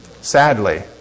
sadly